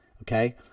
okay